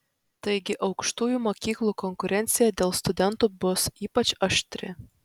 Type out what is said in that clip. taigi aukštųjų mokyklų konkurencija dėl studentų bus ypač aštri